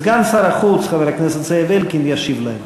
סגן שר החוץ זאב אלקין ישיב להם.